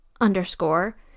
underscore